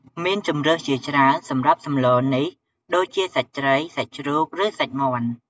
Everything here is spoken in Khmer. មានជម្រើសជាច្រើនសម្រាប់សម្លនេះដូចជាសាច់ត្រី សាច់ជ្រូក ឬសាច់មាន់។